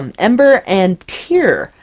um ember and teir,